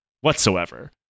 whatsoever